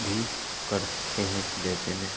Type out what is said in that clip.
भी करते हैं जैसे में